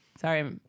sorry